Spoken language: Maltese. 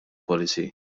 policy